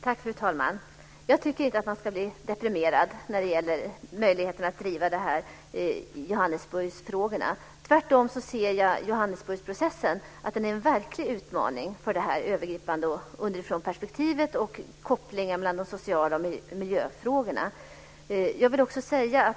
Fru talman! Jag tycker inte att man ska bli deprimerad över möjligheterna att driva Johannesburgfrågorna. Tvärtom ser jag Johannesburgprocessen som en verklig utmaning för det övergripande underifrånperspektivet och för kopplingen mellan de sociala frågorna och miljöfrågorna.